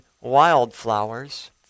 wildflowers